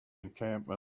encampment